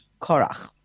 Korach